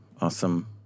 Awesome